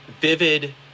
vivid